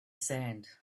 sand